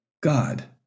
God